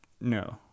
No